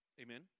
Amen